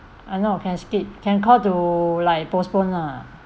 I know can skip can call to like postpone lah